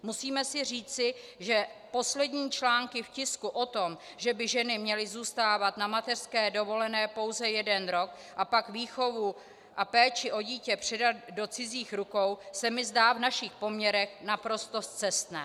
Musíme si říci, že poslední články v tisku o tom, že by ženy měly zůstávat na mateřské pouze jeden rok a pak výchovu a péči o dítě předat do cizích rukou, se mi zdá v našich poměrech naprosto scestné.